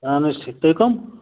اہن حظ ٹھیٖک تُہۍ کَم